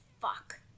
fuck